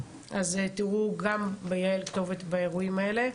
אז תראו גם ביעל כתובת באירועים האלה.